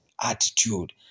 attitude